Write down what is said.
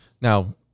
Now